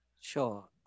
Sure